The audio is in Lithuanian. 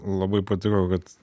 labai patiko kad